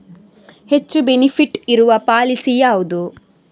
ಹೆಚ್ಚು ಬೆನಿಫಿಟ್ ಇರುವ ಪಾಲಿಸಿ ಯಾವುದು?